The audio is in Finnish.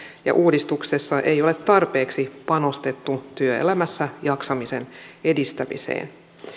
ja se että uudistuksessa ei ole tarpeeksi panostettu työelämässä jaksamisen edistämiseen